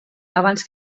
abans